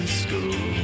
school